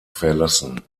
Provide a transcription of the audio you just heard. verlassen